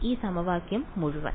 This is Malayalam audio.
ഈ സമവാക്യം മുഴുവൻ